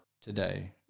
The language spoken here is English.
today